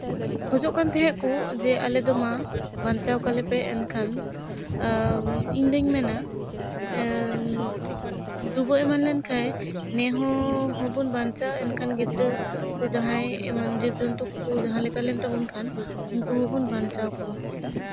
ᱠᱷᱚᱡᱚᱜ ᱠᱟᱱ ᱛᱟᱦᱮᱸᱫ ᱠᱚ ᱟᱞᱮᱫᱚ ᱢᱟ ᱵᱟᱧᱪᱟᱣ ᱠᱟᱞᱮᱯᱮ ᱮᱱᱠᱷᱟᱱ ᱤᱧᱫᱩᱧ ᱢᱮᱱᱟ ᱰᱩᱵᱟᱹ ᱮᱢᱟᱱ ᱞᱮᱱᱠᱷᱟᱡ ᱱᱮᱦᱚᱲ ᱦᱚᱸᱵᱚᱱ ᱵᱟᱧᱪᱟᱜᱼᱟ ᱮᱱᱠᱷᱟᱱ ᱜᱤᱫᱽᱨᱟᱹ ᱠᱚ ᱡᱟᱦᱟᱸᱭ ᱮᱢᱟᱱ ᱡᱤᱵᱽᱼᱡᱚᱱᱛᱩ ᱠᱚᱠᱚ ᱡᱟᱦᱟᱸ ᱞᱮᱠᱟ ᱞᱮᱱ ᱛᱟᱵᱚᱱ ᱠᱷᱟᱱ ᱩᱱᱠᱩ ᱦᱚᱸᱵᱚᱱ ᱵᱧᱪᱟᱣ ᱠᱚᱢᱟ